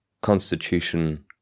constitution